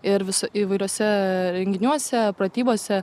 ir vis įvairiuose renginiuose pratybose